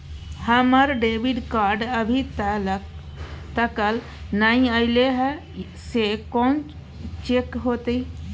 हमर debit card अभी तकल नय अयले हैं, से कोन चेक होतै?